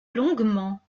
longuement